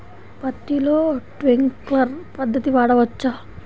పత్తిలో ట్వింక్లర్ పద్ధతి వాడవచ్చా?